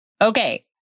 okay